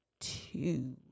two